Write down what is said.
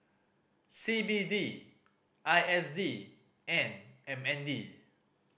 C B D I S D and M N D